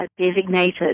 designated